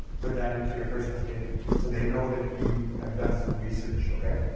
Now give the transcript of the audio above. put that into your personal statement so they know that you have done some research, okay?